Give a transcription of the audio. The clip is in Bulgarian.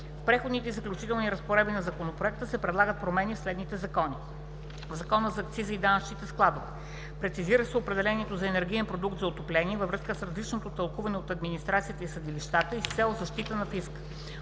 В преходните и заключителни разпоредби на Законопроекта се предлагат промени в следните закони: В Закона за акцизите и данъчните складове (ЗАДС) – прецизира се определението за „Енергиен продукт за отопление“ във връзка с различното тълкуване от администрацията и съдилищата и с цел защита на фиска.